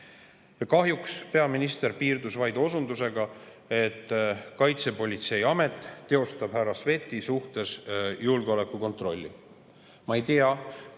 Kahjuks peaminister piirdus vaid osundusega, et Kaitsepolitseiamet teostab härra Sveti suhtes julgeolekukontrolli.